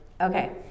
okay